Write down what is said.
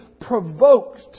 provoked